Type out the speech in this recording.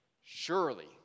Surely